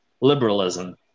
liberalism